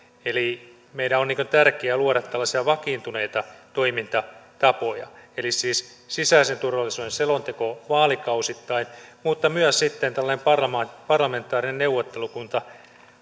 meidän on tärkeää luoda tällaisia vakiintuneita toimintatapoja eli siis tulisi sisäisen turvallisuuden selonteko vaalikausittain mutta myös sitten tällainen parlamentaarinen neuvottelukunta